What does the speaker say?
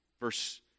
Verse